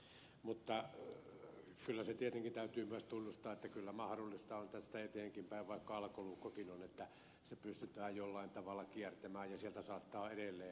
mutta kyllä se tietenkin täytyy myös tunnustaa että kyllä mahdollista on tästä eteenkinpäin vaikka alkolukkokin on että se pystytään jollain tavalla kiertämään ja sieltä saattaa edelleen löytyä